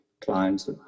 clients